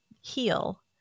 heal